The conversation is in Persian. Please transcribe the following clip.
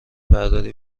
برداری